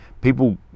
people